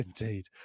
indeed